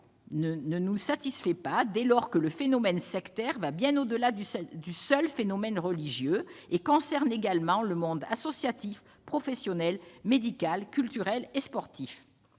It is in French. ne nous satisfait pas, dès lors que le phénomène sectaire va bien au-delà du seul phénomène religieux et concerne également le monde associatif, professionnel, médical, culturel et sportif.